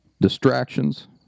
distractions